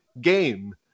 game